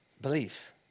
beliefs